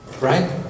right